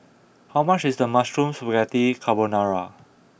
how much is Mushroom Spaghetti Carbonara